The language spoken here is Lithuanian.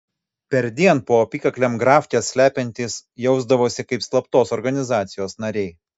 perdien po apykaklėm grafkes slepiantys jausdavosi kaip slaptos organizacijos nariai